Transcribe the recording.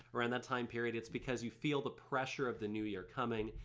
around that time period it's because you feel the pressure of the new year coming.